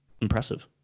impressive